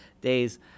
days